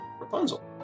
Rapunzel